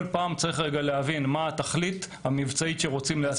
כל פעם צריך להבין מה התכלית המבצעית שרוצים להשיג.